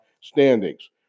standings